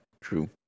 True